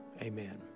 amen